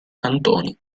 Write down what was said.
cantoni